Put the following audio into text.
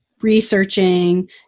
researching